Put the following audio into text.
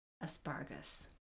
asparagus